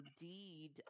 indeed